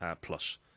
plus